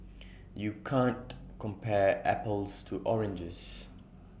you can't compare apples to oranges